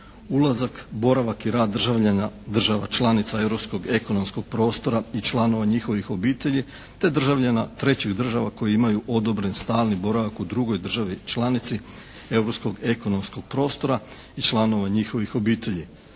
ulazak i boravak državljana država članica Europskog ekonomskog prostora i članova njihovih obitelji te državljana trećih država koji imaju odobren stalni boravak u drugoj državi članici Europskog ekonomskog prostora i članova njihovih obitelji.